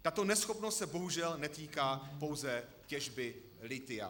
Tato neschopnost se bohužel netýká pouze těžby lithia.